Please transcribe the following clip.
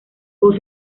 por